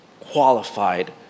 qualified